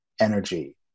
energy